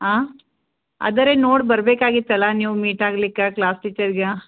ಹಾಂ ಅದರಿ ನೋಡಿ ಬರ್ಬೇಕಾಗಿತ್ತು ಅಲ್ಲ ನೀವು ಮೀಟ್ ಆಗ್ಲಿಕ್ಕೆ ಕ್ಲಾಸ್ ಟೀಚರ್ಗೆ